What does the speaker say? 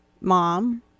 mom